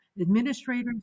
Administrators